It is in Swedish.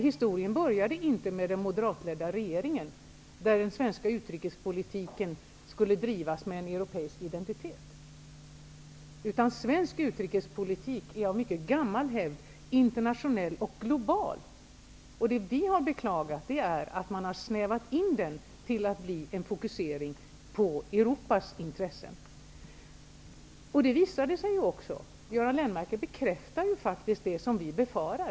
Historien började inte med den moderatledda regeringen där den svenska utrikespolitiken skulle drivas med en europeisk identitet. Svensk utrikespolitik är av mycket gammal hävd internationell och global. Det vi har beklagat är att man har snävat in den till att fokuseras på Europas intressen. Det visade sig också att det är så. Göran Lennmarker bekräftar ju faktiskt det vi befarar.